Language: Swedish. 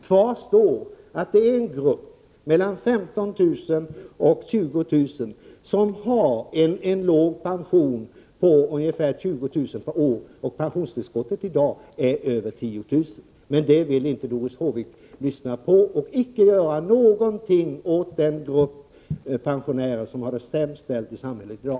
Kvar står att det finns en grupp på mellan 15 000 och 20 000 personer som har en låg pension på ungefär 20 000 kr. per år. Och pensionstillskottet i dag är över 10 000 kr. Men, som sagt, det vill Doris Håvik inte lyssna på. Hon vill icke göra någonting för den grupp pensionärer som har det sämst ställt i samhället i dag.